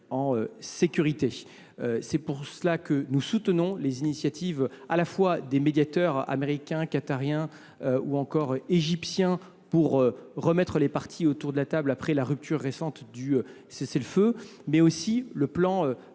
en sécurité. C’est pourquoi nous soutenons les initiatives des médiateurs américains, qataris ou encore égyptiens visant à remettre les parties autour de la table après la rupture récente du cessez le feu, mais aussi le plan